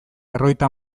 berrogeita